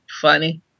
Funny